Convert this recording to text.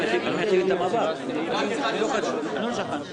מתכבד לפתוח את ישיבת החינוך,